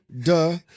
duh